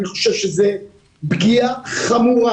אני חושב שזו פגיעה חמורה,